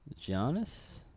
Giannis